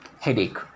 headache